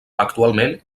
actualment